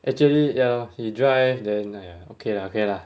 actually ya lor he drive then !aiya! okay lah okay lah